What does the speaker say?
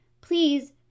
please